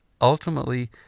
Ultimately